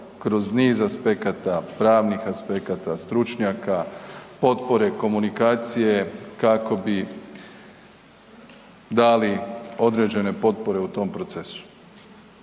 kroz niz aspekata, pravnih aspekata, stručnjaka, potpore, komunikacije, kako bi dali određene potpore u tom procesu.